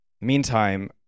Meantime